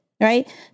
right